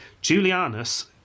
Julianus